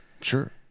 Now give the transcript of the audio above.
Sure